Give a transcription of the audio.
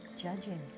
Judging